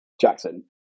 Jackson